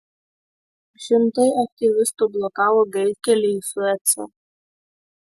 šimtai aktyvistų blokavo greitkelį į suecą